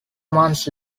months